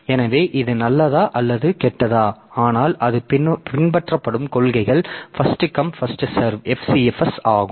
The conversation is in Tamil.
எனவே இது நல்லதா அல்லது கெட்டதா ஆனால் அது பின்பற்றப்படும் கொள்கை first come first serve FCFS ஆகும்